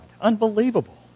Unbelievable